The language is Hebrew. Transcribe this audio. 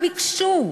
שביקשו,